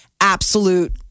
absolute